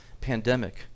pandemic